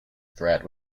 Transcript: threat